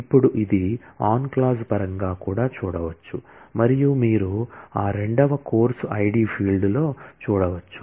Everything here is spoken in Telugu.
ఇప్పుడు ఇది ఆన్ క్లాజ్ పరంగా కూడా చూడవచ్చు మరియు మీరు ఆ రెండవ కోర్సు ఐడి ఫీల్డ్లో చూడవచ్చు